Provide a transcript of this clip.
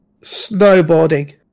Snowboarding